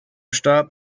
starb